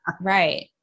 Right